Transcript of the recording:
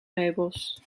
meubels